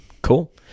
Cool